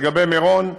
לגבי מירון,